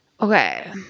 Okay